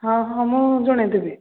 ହଁ ହଁ ମୁଁ ଜଣେଇଦେବି